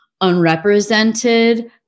unrepresented